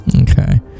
Okay